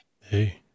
hey